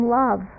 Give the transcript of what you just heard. love